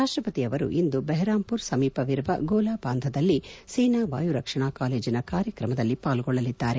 ರಾಷ್ಟಪತಿ ಅವರು ಇಂದು ಬೆರ್ಹಾಂಪುರ್ ಸಮೀಪವಿರುವ ಗೊಲಾಬಾಂಧದಲ್ಲಿ ಸೇನಾ ವಾಯು ರಕ್ಷಣಾ ಕಾಲೇಜಿನ ಕಾರ್ಯಕ್ರಮದಲ್ಲಿ ಪಾಲ್ಲೊಳ್ಳಲಿದ್ದಾರೆ